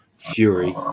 fury